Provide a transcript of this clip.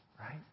right